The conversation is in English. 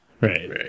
Right